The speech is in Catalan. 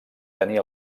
tenir